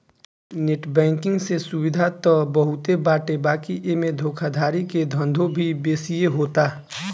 net banking से सुविधा त बहुते बाटे बाकी एमे धोखाधड़ी के धंधो भी बेसिये होता